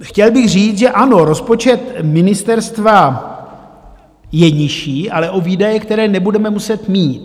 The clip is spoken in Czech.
Chtěl bych říct, že ano, rozpočet ministerstva je nižší, ale o výdaje, které nebudeme muset mít.